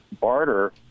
barter